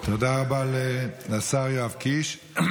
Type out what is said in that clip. תודה רבה לשר יואב קיש.